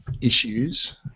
issues